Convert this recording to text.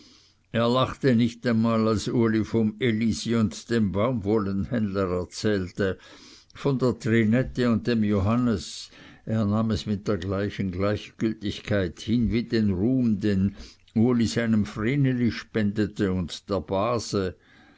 er lachte nicht einmal als uli vom elisi und dem baumwollenhändler erzählte von der trinette und dem johannes er nahm es mit der gleichen gleichgültigkeit hin wie den ruhm den uli seinem vreneli spendete und der base